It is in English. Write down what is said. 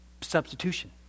substitution